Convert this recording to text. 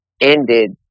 ended